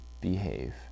behave